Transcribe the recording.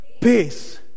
peace